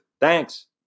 Thanks